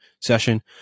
session